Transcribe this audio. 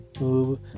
move